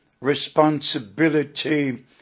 responsibility